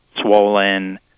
swollen